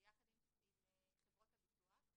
ביחד עם חברות הביטוח.